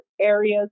areas